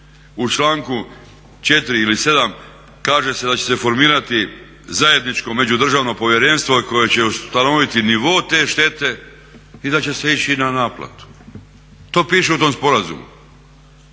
U članku 4.ili 7.kaže se da će se formirati zajedničko međudržavno povjerenstvo koji će ustanoviti nivo te štete i da će se ići na naplatu, to piše u tom sporazumu,